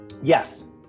Yes